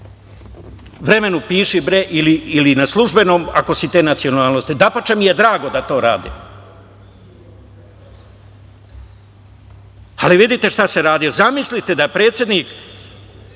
vremenu piši ili na službenom, ako si te nacionalnosti. Dapače mi je drago da to radim, ali vidite šta se radi. Zamislite da je predsednik,